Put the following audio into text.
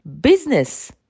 business